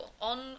on